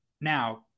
Now